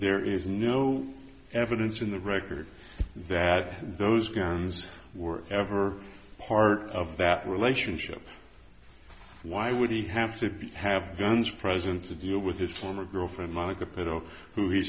there is no evidence in the record that those guns were ever part of that relationship why would he have to have guns present to deal with his former girlfriend monica pedo who he